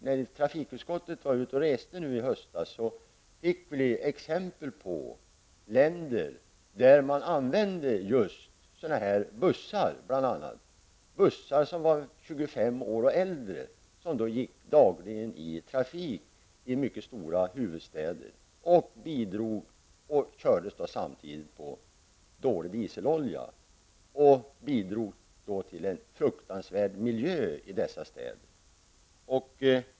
När trafikutskottet i höstas var ute och reste fick vi exempel på länder där man använde bl.a. sådana bussar -- bussar som var 25 år gamla och äldre. De gick i daglig trafik i mycket stora huvudstäder och kördes samtidigt på dålig dieselolja och bidrog därmed till en fruktansvärd miljö i dessa städer.